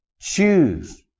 Choose